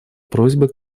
просьба